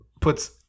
puts